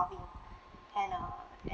starving and uh and